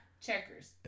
Checkers